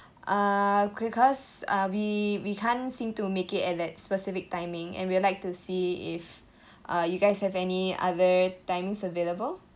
uh cause ah we we can't seem to make it at that specific timing and we would like to see if uh you guys have any other times available